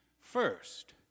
first